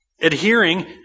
adhering